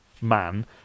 man